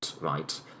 right